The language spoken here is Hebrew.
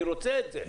אני רוצה את זה.